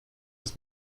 das